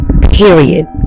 period